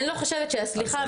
אני לא חושבת שהסליחה,